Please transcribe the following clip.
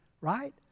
right